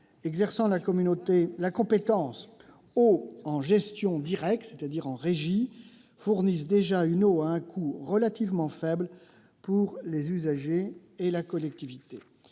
exerçant la compétence « eau » en gestion directe- c'est-à-dire en régie -fournissent déjà l'eau à un coût relativement faible pour les usagers et la collectivité.